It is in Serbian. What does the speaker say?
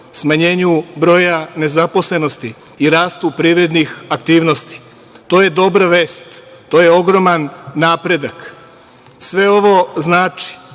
smanjenju broja nezaposlenih i rastu privrednih aktivnosti. To je dobra vest, to je ogroman napredak. Sve ovo znači,